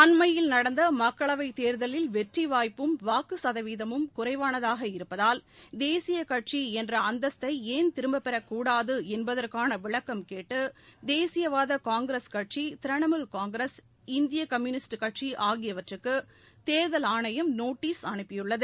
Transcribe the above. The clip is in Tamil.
அண்மையில் நடந்தமக்களவைத் தேர்தலில் வெற்றிவாய்ப்பும் வாக்குசதவீதமும் குறைவானதாக தேசியகட்சிஎன்றஅந்தஸ்தைஏன் திரும்பப்பெறக் கூடாதுஎன்பதற்கானவிளக்கம் இருப்பதால் கேட்டுதேசியவாதகாங்கிரஸ் கட்சி திரிணமூல் காங்கிரஸ் இந்தியகம்யுனிஸ்ட் கட்சிஆகியவற்றுக்குதேர்தல் ஆணையம் நோட்டீஸ் அனுப்பியுள்ளது